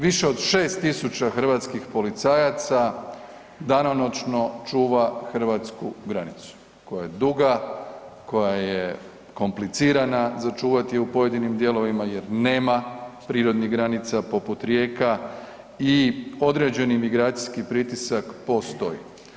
Više od 6 tisuća hrvatskih policajaca danonoćno čuva hrvatsku granicu, koja je duga, koja je komplicirana za čuvati je u pojedinim dijelovima jer nema prirodnih granica poput rijeka i određeni migracijski pritisak postoji.